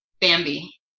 Bambi